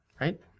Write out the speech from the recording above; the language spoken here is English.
right